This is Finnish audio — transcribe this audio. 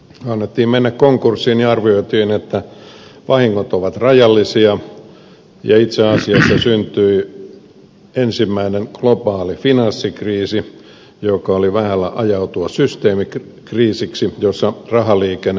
annettiin mennä konkurssiin ja arvioitiin että vahingot olisivat rajallisia ja itse asiassa syntyi ensimmäinen globaali finanssikriisi joka oli vähällä ajautua systeemikriisiksi jossa rahaliikenne olisi kokonaan pysähtynyt